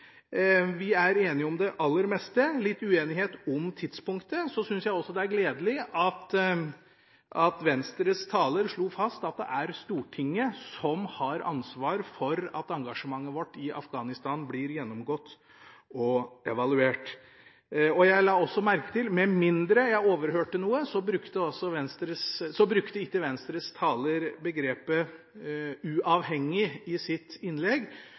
Vi er enige om det aller meste – bare litt uenighet om tidspunktet. Så syns jeg også det er gledelig at Venstres taler slo fast at det er Stortinget som har ansvaret for at engasjementet vårt i Afghanistan blir gjennomgått og evaluert. Jeg la også merke til at Venstres taler – med mindre jeg overhørte noe – ikke brukte begrepet «uavhengig» i sitt innlegg,